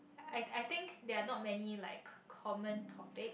I I think there are not many like common topic